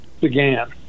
began